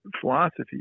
philosophy